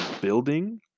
building